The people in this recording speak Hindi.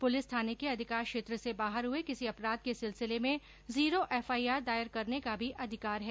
पुलिस थाने के अधिकार क्षेत्र से बाहर हुए किसी अपराध के सिलसिले में जीरो एफआईआर दायर करने का भी अधिकार है